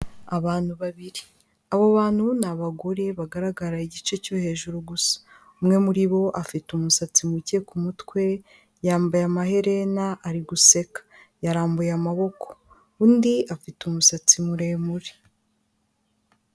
Abantu babiri, abo bantu ni abagore bagaragara igice cyo hejuru gusa, umwe muri bo afite umusatsi muke ku mutwe, yambaye amaherena ari guseka, yarambuye amaboko, undi afite umusatsi muremure.